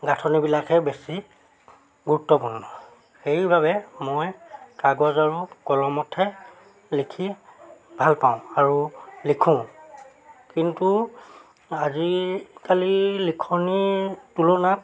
গাঁথনিবিলাকহে বেছি গুৰুত্বপূৰ্ণ সেইবাবে মই কাগজ আৰু কলমতহে লিখি ভালপাওঁ আৰু লিখোঁ কিন্তু আজিকালি লিখনিৰ তুলনাত